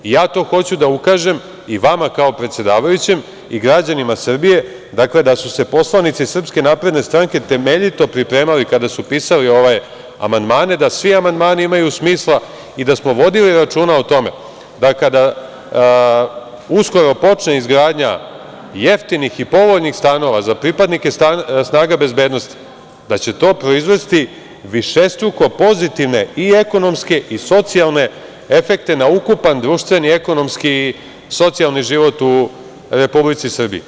Ja to hoću da ukažem i vama kao predsedavajućem i građanima Srbije, dakle da su se poslanici SNS temeljito pripremali kada su pisali ove amandmane, da svi amandmani imaju smisla i da smo vodili računa o tome da kada uskoro počne izgradnja jeftinih i povoljnih stanova za pripadnike snaga bezbednosti, da će to proizvesti višestruko pozitivne i ekonomske i socijalne efekte na ukupan društveni, ekonomski i socijalni život u Republici Srbiji.